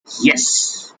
yes